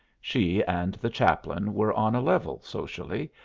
she and the chaplain were on a level, socially,